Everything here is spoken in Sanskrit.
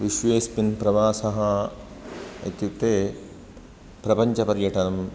विश्वेस्मिन् प्रवासः इत्युक्ते प्रपञ्चपर्यटनं